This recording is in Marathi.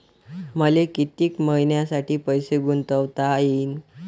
मले कितीक मईन्यासाठी पैसे गुंतवता येईन?